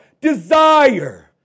desire